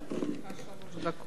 שלוש דקות.